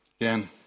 Again